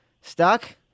Stuck